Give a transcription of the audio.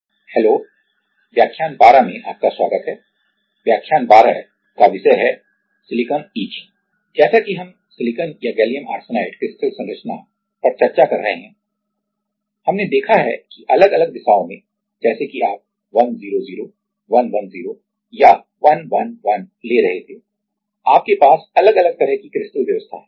इसलिए जैसा कि हम सिलिकॉन या गैलियम आर्सेनाइड क्रिस्टल संरचना पर चर्चा कर रहे हैं हमने देखा है कि अलग अलग दिशाओं में जैसे कि आप 100 110 या 111 ले रहे थे आपके पास अलग तरह की क्रिस्टल व्यवस्था है